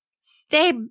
Stay